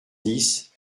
dix